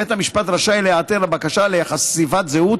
בית המשפט רשאי להיעתר לבקשה לחשיפת זהות